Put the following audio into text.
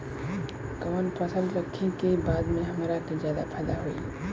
कवन फसल रखी कि बाद में हमरा के ज्यादा फायदा होयी?